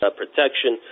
protection